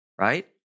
right